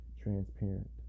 Transparent